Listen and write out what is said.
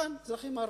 כאן אזרחים ערבים,